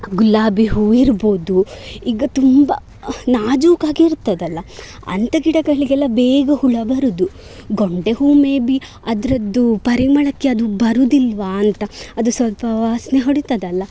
ಗುಲಾಬಿ ಹೂವಿರ್ಬೋದು ಈಗ ತುಂಬ ನಾಜೂಕಾಗಿ ಇರ್ತದಲ್ಲ ಅಂಥ ಗಿಡಗಳಿಗೆಲ್ಲ ಬೇಗ ಹುಳು ಬರುವುದು ಗೊಂಡೆ ಹೂವು ಮೇ ಬಿ ಅದರದ್ದು ಪರಿಮಳಕ್ಕೆ ಅದು ಬರುವುದಿಲ್ವಾ ಅಂತ ಅದು ಸ್ವಲ್ಪ ವಾಸನೆ ಹೊಡೀತದಲ್ಲ